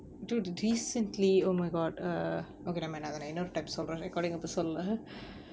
dude decently oh my god err okay never mind இன்னொரு:innoru time சொல்றேன்:solraen